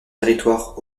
territoire